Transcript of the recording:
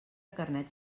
carnets